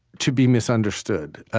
to be misunderstood.